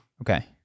Okay